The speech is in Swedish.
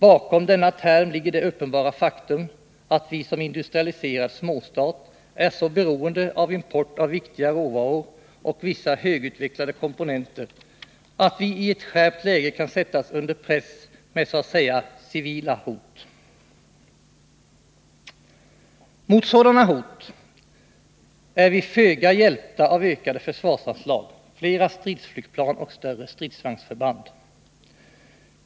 Bakom denna term ligger det uppenbara faktum att vi som industrialiserad småstat är så beroende av import av viktiga råvaror och vissa högutvecklade komponenter att vi i ett skärpt läge kan sättas under press med så att säga ”civila” hot. Mot sådana hot är vi föga hjälpta av ökade försvarsanslag, flera stridsflygplan och större stridsvagnsförband.